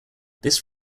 this